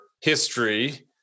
history